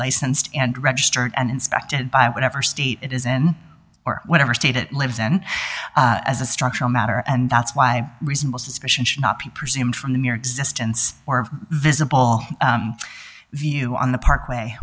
licensed and registered and inspected by whatever state it is in or whatever state it lives in as a structural matter and that's why reasonable suspicion shoppy presume from the mere existence or visible view on the parkway